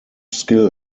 skill